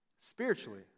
Spiritually